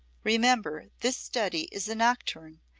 remember, this study is a nocturne,